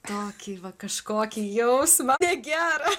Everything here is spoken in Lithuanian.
tokį va kažkokį jausmą negerą